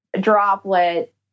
droplet